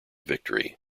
victory